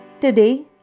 Today